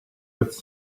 with